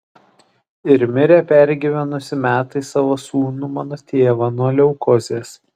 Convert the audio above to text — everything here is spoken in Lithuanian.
ir mirė pergyvenusi metais savo sūnų mano tėvą nuo leukozės